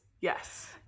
yes